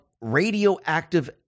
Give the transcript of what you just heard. radioactive